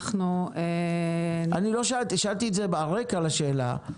--- זה הרקע לשאלה.